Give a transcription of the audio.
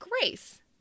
Grace